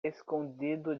escondido